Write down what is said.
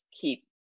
keep